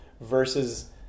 versus